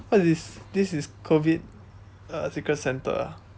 what is this is this is covid uh secret santa ah